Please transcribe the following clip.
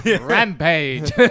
Rampage